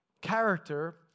character